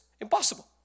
impossible